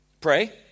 Pray